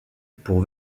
pour